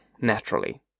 naturally